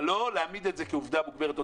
אבל לא להעמיד את זה כעובדה מוגמרת.